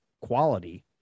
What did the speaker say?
quality